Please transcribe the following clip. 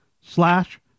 slash